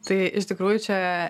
tai iš tikrųjų čiaa